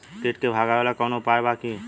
कीट के भगावेला कवनो उपाय बा की?